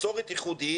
מסורת ייחודית,